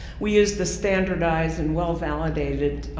we use the standardized and well validated